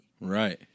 Right